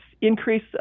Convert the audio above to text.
increase